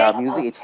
music